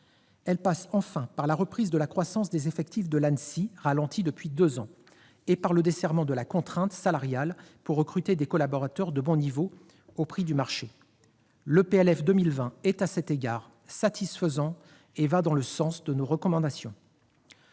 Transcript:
Elle passe aussi par la reprise de la croissance des effectifs de l'Anssi, ralentie depuis deux ans, et par le desserrement de la contrainte salariale pour recruter des collaborateurs de bon niveau au prix du marché. À cet égard, le projet de loi de finances pour 2020 est satisfaisant et va dans le sens de nos recommandations.